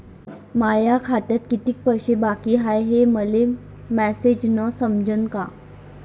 माया खात्यात कितीक पैसे बाकी हाय हे मले मॅसेजन समजनं का?